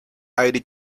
irish